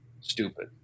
stupid